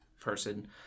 person